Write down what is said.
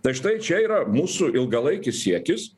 tai štai čia yra mūsų ilgalaikis siekis